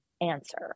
answer